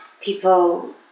people